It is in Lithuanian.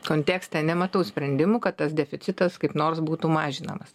kontekste nematau sprendimų kad tas deficitas kaip nors būtų mažinamas